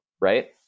right